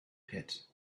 pit